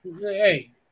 Hey